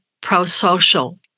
pro-social